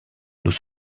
nous